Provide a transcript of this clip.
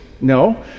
no